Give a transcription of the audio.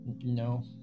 No